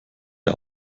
der